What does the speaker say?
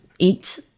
eat